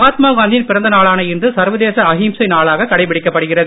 மகாத்மா காந்தியின் பிறந்த நாளான இன்று சர்வதேச அகிம்சை நாளாகக் கடைபிடிக்கப்படுகிறது